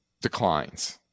declines